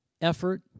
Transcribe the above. effort